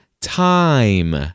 time